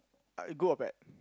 uh good or bad